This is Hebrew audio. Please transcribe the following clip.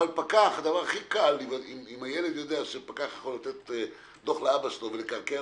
אבל אם ילד יודע שפקח יכול לתת דוח לאבא שלו ולקרקע